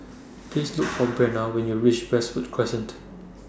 Please Look For Brenna when YOU REACH Westwood Crescent